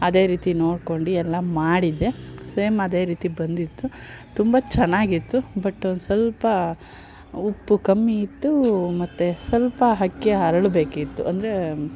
ಅದೇ ರೀತಿ ನೋಡ್ಕೊಂಡು ಎಲ್ಲ ಮಾಡಿದ್ದೆ ಸೇಮ್ ಅದೇ ರೀತಿ ಬಂದಿತ್ತು ತುಂಬ ಚೆನ್ನಾಗಿತ್ತು ಬಟ್ ಸ್ವಲ್ಪ ಉಪ್ಪು ಕಮ್ಮಿ ಇತ್ತು ಮತ್ತೆ ಸ್ವಲ್ಪ ಅಕ್ಕಿ ಅರಳಬೇಕಿತ್ತು ಅಂದರೆ